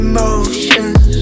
Emotions